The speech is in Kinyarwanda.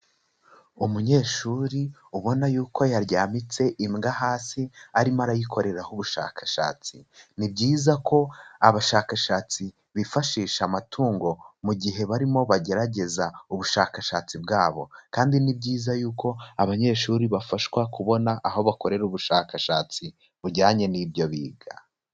Umunyeshuri ubona yuko yaryamitse imbwa hasi arimo arayikoreraho ubushakashatsi. Ni byiza ko abashakashatsi bifashisha amatungo mu gihe barimo bagerageza ubushakashatsi bwabo, kandi ni byiza yuko abanyeshuri bafashwa kubona aho bakorera ubushakashatsi bujyanye n'ibyo biga.